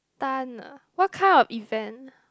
ah what kind of event